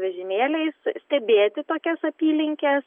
vežimėliais stebėti tokias apylinkes